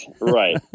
right